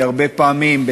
הרבה פעמים,